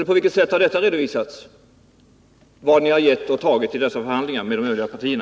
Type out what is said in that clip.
På vilket sätt har det redovisats vad ni har gett och tagit vid dessa förhandlingar med de övriga partierna?